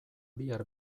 bihar